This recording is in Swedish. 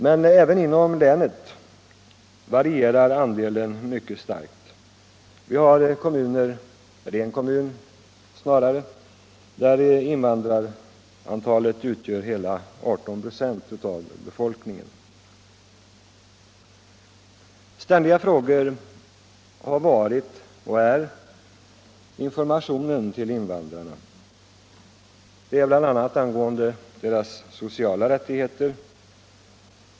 Men även inom länet varierar antalet utländska medborgare starkt. I en kommun uppgår sålunda invandrarna till hela 18 96 av befolkningen. Ständiga problem har varit och är informationen till invandrarna i olika frågor, bl.a. om deras sociala rättigheter.